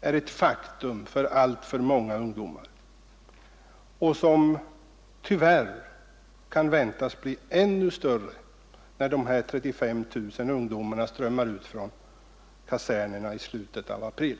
är ett faktum för alltför många ungdomar och som tyvärr kan väntas bli ännu större, när dessa 35 000 ungdomar strömmar ut från kasernerna i slutet av april.